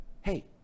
hey